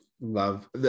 love